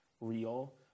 real